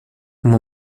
uma